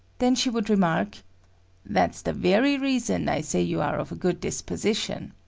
then she would remark that's the very reason i say you are of a good disposition,